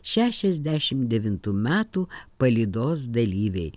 šešiasdešim devintų metų palydos dalyviai